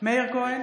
מאיר כהן,